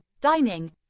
dining